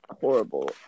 horrible